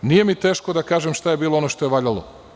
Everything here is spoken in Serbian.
Nije mi teško da kažem šta je bilo ono što je valjalo.